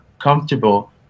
comfortable